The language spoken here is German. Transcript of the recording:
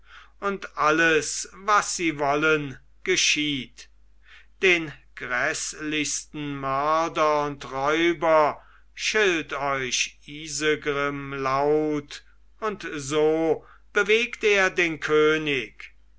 und alles was sie wollen geschieht den gräßlichsten mörder und räuber schilt euch isegrim laut und so bewegt er den könig